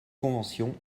conventions